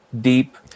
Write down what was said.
deep